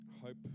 hope